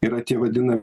yra tie vadinami